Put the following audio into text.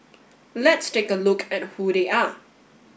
let's take a look at who they are